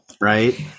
Right